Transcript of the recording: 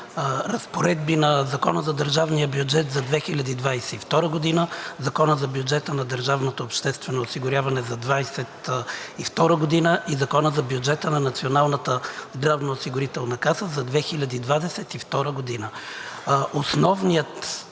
разпоредбите на Закона за държавния бюджет за 2022 г., Закона за бюджета на държавното обществено осигуряване за 2022 г. и Закона за бюджета на Националната здравноосигурителна каса за 2022 г. Основното